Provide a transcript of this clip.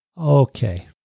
Okay